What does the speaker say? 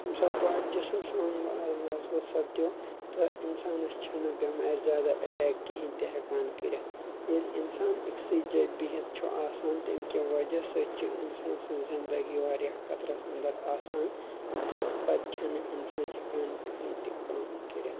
ییٚمہِ ساتہٕ باڈ جسٕم سون مضبوٗط سپدیو تہٕ انسانس چھنہٕ بٮ۪مارِ زیادٕ اٮ۪ٹیک کہیٖنۍ تہِ ہٮ۪کان کٔرِتھ ییٚلہِ انسان أکسٕے جایہِ بِہِتھ چھُ آسان تمہِ کہِ وجہ سۭتۍ چھ انسان سٕنٛز زندگی واریاہ خطرس انٛدر آسان تہٕ پتہٕ چھنہٕ انسان ہٮ۪کان کٕہٕنۍ تہِ کام کٔرِتھ